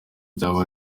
byaba